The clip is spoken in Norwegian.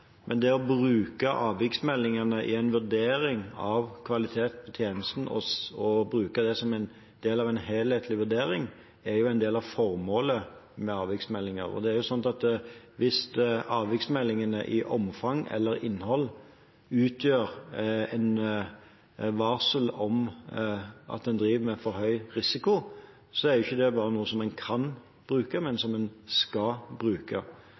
men det å bruke avviksmeldingene i en vurdering av kvaliteten i tjenesten og å bruke det som en del av en helhetlig vurdering, er jo en del av formålet med avviksmeldinger. Og hvis avviksmeldingene i omfang eller i innhold utgjør et varsel om at en driver med for høy risiko, så er jo ikke det bare noe som en kan bruke, men som en skal bruke.